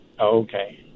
Okay